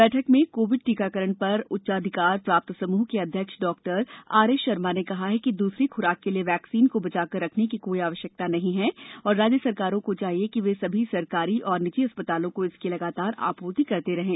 बैठक में कोविड टीकाकरण पर उच्चाधिकार प्राप्त समूह के अध्यक्ष डॉक्टर आर एस शर्मा ने कहा कि दूसरी खुराक के लिए वैक्सीन को बचाकर रखने की कोई आवश्यकता नहीं है और राज्य सरकारों को चाहिए कि वे सभी सरकारी और निजी अस्पतालों को इसकी लगातार आपूर्ति करते रहें